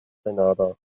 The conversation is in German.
grenada